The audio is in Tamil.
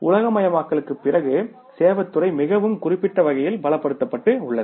உலகமயமாக்கலுக்குப் பிறகு சேவைத் துறை மிகவும் குறிப்பிடத்தக்க வகையில் பலப்படுத்தப்பட்டுள்ளது